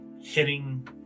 hitting